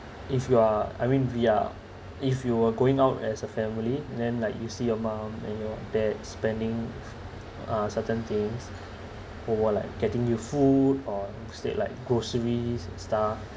if you are I mean we are if you were going out as a family then like you see your mum and your dad spending uh certain things or like getting you food or instead like groceries and stuff